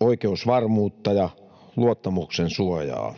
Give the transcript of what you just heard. oikeusvarmuutta ja luottamuksensuojaa.